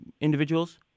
individuals